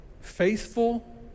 faithful